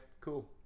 Cool